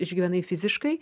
išgyvenai fiziškai